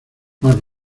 más